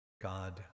God